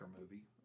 movie